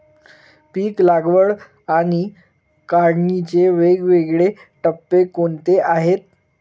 पीक लागवड आणि काढणीचे वेगवेगळे टप्पे कोणते आहेत?